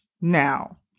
now